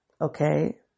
Okay